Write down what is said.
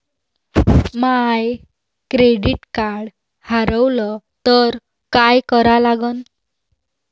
माय credit card हारवलं तर काय करा लागन?